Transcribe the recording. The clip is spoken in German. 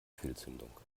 fehlzündung